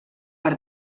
per